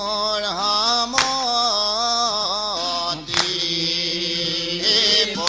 on ah um ah on a